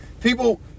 people